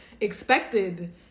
expected